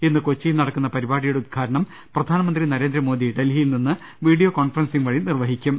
ഇന്ന് കൊച്ചിയിൽ നടക്കുന്ന പരി പാടിയുടെ ഉദ്ഘാടനം പ്രധാനമന്ത്രി നരേന്ദ്രമോദി ഡൽഹിയിൽ നിന്ന് വീഡിയോ കോൺഫറൻസിങ്ങ് വഴി നിർവ്വഹിക്കും